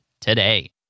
today